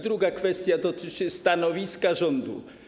Druga kwestia dotyczy stanowiska rządu.